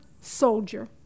soldier